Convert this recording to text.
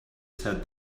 said